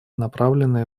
направленные